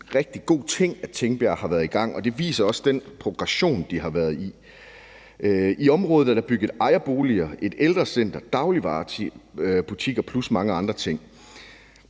det er en rigtig god ting, at Tingbjerg har været i gang, og det viser også den progression, der har været. I området er der bygget ejerboliger, et ældrecenter, dagligvarebutikker plus mange andre ting,